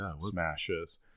smashes